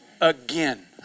again